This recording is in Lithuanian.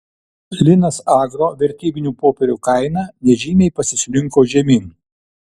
linas agro vertybinių popierių kaina nežymiai pasislinko žemyn